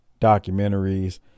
documentaries